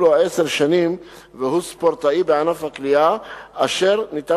לו עשר שנים והוא ספורטאי בענף הקליעה אשר ניתן